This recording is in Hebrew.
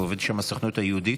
ועובדת שם הסוכנות היהודית.